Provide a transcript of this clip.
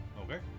Okay